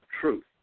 truth